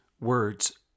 words